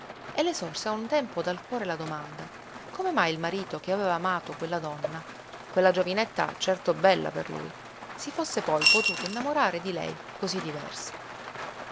e le sorse a un tempo dal cuore la domanda come mai il marito che aveva amato quella donna quella giovinetta certo bella per lui si fosse poi potuto innamorare di lei cosí diversa